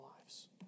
lives